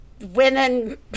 women